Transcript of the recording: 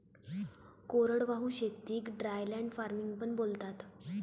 कोरडवाहू शेतीक dryland farming पण बोलतात